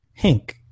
Hink